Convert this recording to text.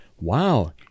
wow